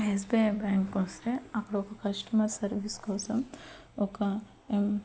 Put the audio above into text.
SBI బ్యాంక్కు వస్తే అక్కడ ఒక కస్టమర్ సర్వీస్ కోసం ఒక